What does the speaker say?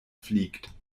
fliegt